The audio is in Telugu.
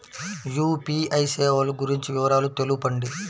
యూ.పీ.ఐ సేవలు గురించి వివరాలు తెలుపండి?